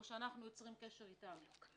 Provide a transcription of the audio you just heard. או אנחנו יוצרים קשר אתם.